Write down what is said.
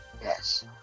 Yes